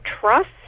trust